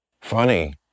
funny